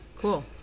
Cool